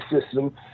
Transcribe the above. system